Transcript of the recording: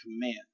command